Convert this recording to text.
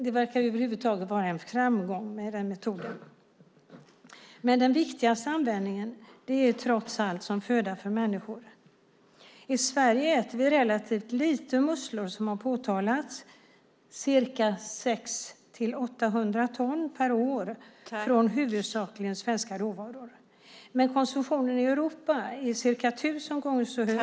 Det verkar över huvud taget vara en framgångsrik metod. Den viktigaste användningen är trots allt som föda för människor. I Sverige äter vi, som har påtalats, relativt lite musslor. Konsumtionen i Europa är omkring tusen gånger högre och världsproduktionen uppskattas till 1,5 miljoner ton.